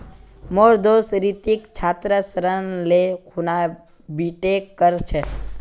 मोर दोस्त रितिक छात्र ऋण ले खूना बीटेक कर छ